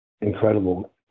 incredible